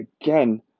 again